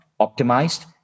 optimized